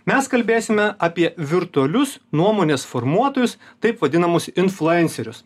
mes kalbėsime apie virtualius nuomonės formuotojus taip vadinamus influencerius